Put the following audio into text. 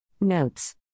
Notes